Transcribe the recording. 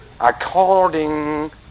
according